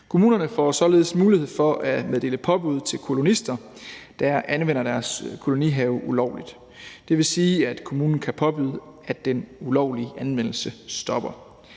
Kommunerne får således mulighed for at meddele påbud til kolonister, der anvender deres kolonihave ulovligt. Det vil sige, at kommunen kan påbyde, at den ulovlige anvendelse stopper.